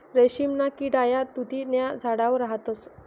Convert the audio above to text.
रेशीमना किडा या तुति न्या झाडवर राहतस